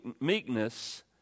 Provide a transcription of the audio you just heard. meekness